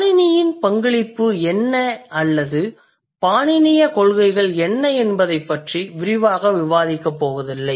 பாணினியின் பங்களிப்பு என்ன அல்லது பாணினிய கொள்கைகள் என்ன என்பதைப் பற்றி விரிவாகப் விவாதிக்கப் போவதில்லை